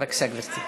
בבקשה, גברתי.